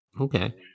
Okay